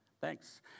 thanks